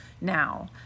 now